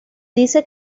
dice